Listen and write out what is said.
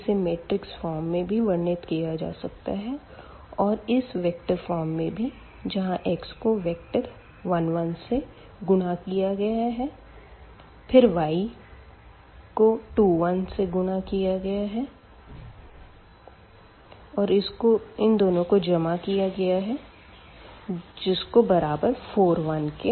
इसे मैट्रिक्स रूप में भी वर्णित किया जा सकता है और इस वेक्टर रूप में भी जहाँ x को वेक्टर 1 1 से गुणा किया गया है फिर y गुणा 2 1 जमा किया गया है जो की बराबर है वेक्टर 4 1 के